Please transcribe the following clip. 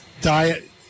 diet